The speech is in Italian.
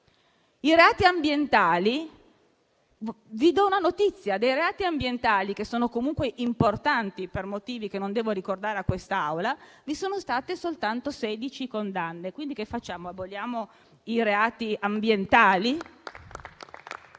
ai reati ambientali, vi do una notizia: per reati ambientali, che sono comunque importanti per motivi che non devo ricordare a questa Assemblea, vi sono state soltanto sedici condanne. Quindi che facciamo, aboliamo i reati ambientali?